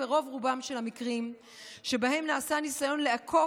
ברוב-רובם של המקרים שבהם היה ניסיון לעקוף